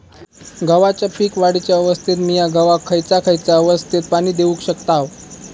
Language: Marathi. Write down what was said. गव्हाच्या पीक वाढीच्या अवस्थेत मिया गव्हाक खैयचा खैयचा अवस्थेत पाणी देउक शकताव?